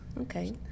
Okay